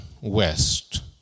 West